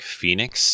phoenix